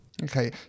Okay